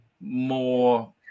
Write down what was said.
More